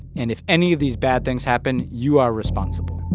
and if any of these bad things happen, you are responsible